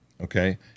okay